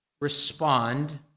respond